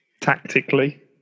Tactically